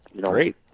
Great